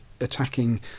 attacking